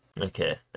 Okay